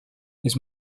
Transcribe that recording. his